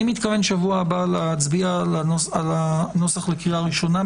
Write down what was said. בשבוע הבא אני מתכוון להצביע על הנוסח לקריאה ראשונה.